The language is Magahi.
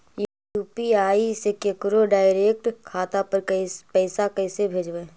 यु.पी.आई से केकरो डैरेकट खाता पर पैसा कैसे भेजबै?